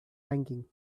banking